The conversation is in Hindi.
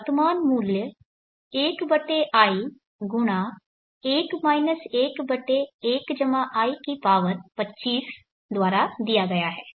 वर्तमान मूल्य 1 i 1 1 1 i 25 द्वारा दिया गया है